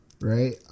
right